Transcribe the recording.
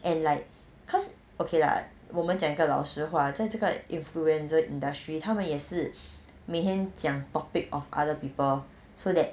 and like cause okay lah 我们讲一个老实话在这个 influencer industry 他们也是每天讲 topic of other people so that